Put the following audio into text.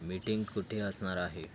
meeting कुठे असणार आहे